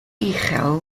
uchel